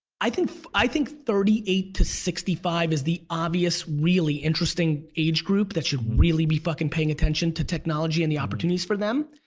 i think i think thirty eight to sixty five is the obvious really interesting age group that should really be fuckin' paying attention to technology and the opportunities for them.